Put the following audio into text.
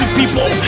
people